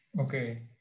Okay